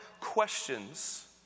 questions